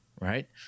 right